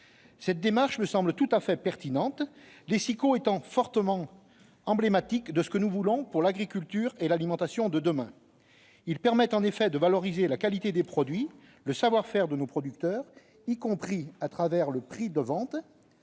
Cette démarche me semble tout à fait pertinente, les SIQO étant fortement emblématiques de ce que nous voulons pour l'agriculture et l'alimentation de demain. Ils permettent en effet de valoriser la qualité des produits, le savoir-faire de nos producteurs, y compris à travers le prix de vente.